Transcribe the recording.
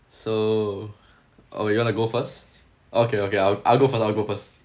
so or would you wanna go first okay okay I'll I'll go first I'll go first